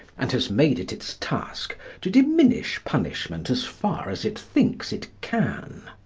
and has made it its task to diminish punishment as far as it thinks it can.